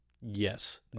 Yes